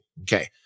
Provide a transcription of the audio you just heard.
Okay